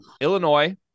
Illinois